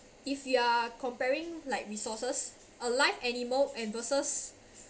if you're comparing like resources a live animal and versus